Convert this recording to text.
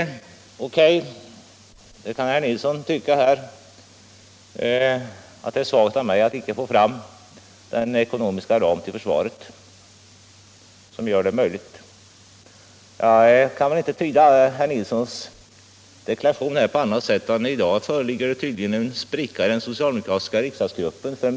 Givetvis kan herr Nilsson tycka att det är svagt av mig att inte få fram den ekonomiska ram till försvaret som gör detta möjligt. Jag kan inte tyda herr Nilssons deklaration på annat sätt. I dag föreligger uppenbarligen en spricka i den socialdemokratiska riksdagsgruppen.